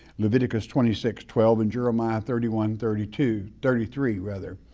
leviticus twenty six twelve and jeremiah thirty one thirty two, thirty three rather.